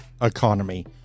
economy